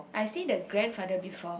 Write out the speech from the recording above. I see the grandfather before